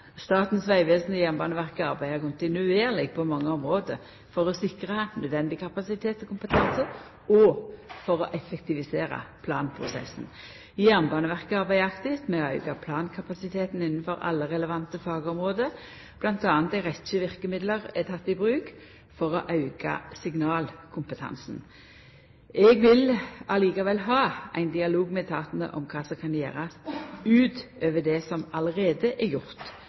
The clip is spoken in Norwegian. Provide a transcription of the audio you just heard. Statens vegvesen og Jernbaneverket arbeider kontinuerleg på mange område for å sikra nødvendig kapasitet og kompetanse og for å effektivisera planprosessen. Jernbaneverket arbeider aktivt med å auka plankapasiteten innanfor alle relevante fagområde, bl.a. er ei rekkje verkemiddel tekne i bruk for å auka signalkompetansen. Eg vil likevel ha ein dialog med etatane om kva som kan gjerast utover det som allereie er gjort